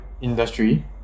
industry